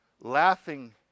laughing